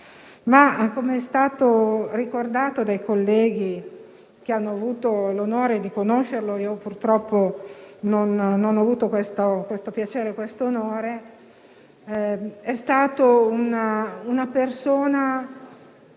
Come è stato ricordato dai colleghi che hanno avuto l'onore di conoscerlo - io purtroppo non ho avuto questo piacere e questo onore - è stata un una persona